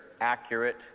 accurate